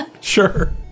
Sure